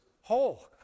whole